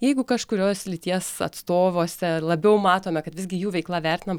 jeigu kažkurios lyties atstovuose labiau matome kad visgi jų veiklą vertinam